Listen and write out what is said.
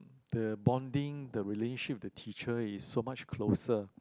the bonding the relationship the teacher is so much closer